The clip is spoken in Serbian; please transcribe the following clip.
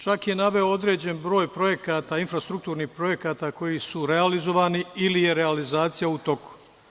Čak je naveo određen broj projekata infrastrukturni koji su realizovani ili je realizacija u toku.